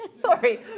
Sorry